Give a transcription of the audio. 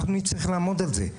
אנחנו נצטרך לעמוד על זה.